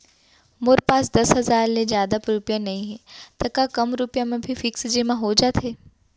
मोर पास दस हजार ले जादा रुपिया नइहे त का कम रुपिया म भी फिक्स जेमा हो जाथे?